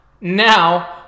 now